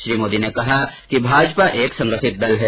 श्री मोदी ने कहा कि भाजपा एक संगठित दल है